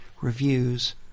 reviews